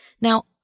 Now